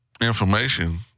information